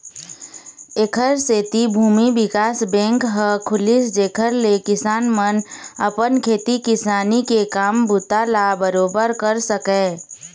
ऐखर सेती भूमि बिकास बेंक ह खुलिस जेखर ले किसान मन अपन खेती किसानी के काम बूता ल बरोबर कर सकय